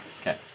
Okay